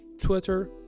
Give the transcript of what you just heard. Twitter